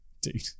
Dude